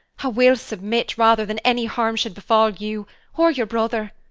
i will submit, rather than any harm should befall you or your brother.